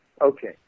Okay